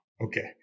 Okay